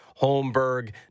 Holmberg